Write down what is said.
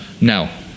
Now –